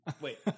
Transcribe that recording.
wait